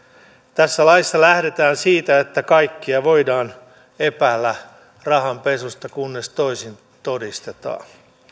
tässä laissa lähdetään siitä että kaikkia voidaan epäillä rahanpesusta kunnes toisin todistetaan